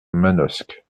manosque